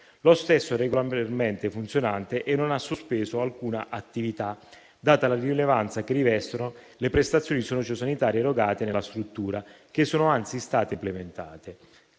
Lo stesso è regolarmente funzionante e non ha sospeso alcuna attività, data la rilevanza che rivestono le prestazioni sociosanitarie erogate nella struttura, che sono anzi state implementate.